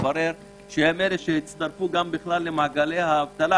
מסתבר שהם הצטרפו למעגלי האבטלה,